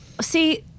see